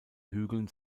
hügeln